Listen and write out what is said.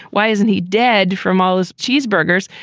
why isn't he dead from all his cheeseburgers?